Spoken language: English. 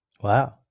Wow